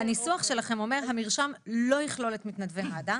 הניסוח שלכם אומר "המרשם לא יכלול את מתנדבי מד"א,